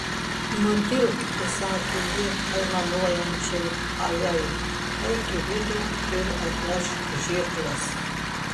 nutilk įsakė ji aimanuojančiai ajai eik į vidų ir atnešk žirkles